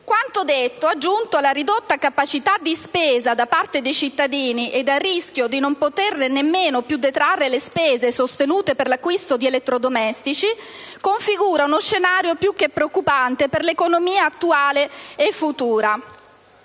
Quanto detto, aggiunto alla ridotta capacità di spesa da parte dei cittadini e al rischio di non poter nemmeno più detrarre le spese sostenute per l'acquisto di elettrodomestici, configura uno scenario più che preoccupante per l'economia attuale e futura.